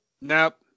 Nope